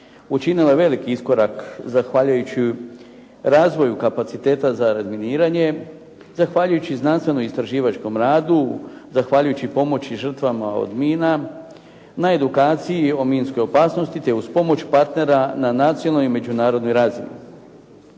učinila veliki iskorak zahvaljujući razvoju kapaciteta za razminiranje, zahvaljući znanstveno-istraživačkom radu, zahvaljujući pomoći žrtvama od mina, na edukaciji o minskoj opasnosti, te uz pomoć partnera na nacionalnoj i međunarodnoj razini.